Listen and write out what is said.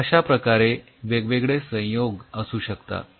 तर अश्या प्रकारे वेगवेगळे संयोग असू शकतात